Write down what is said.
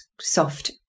soft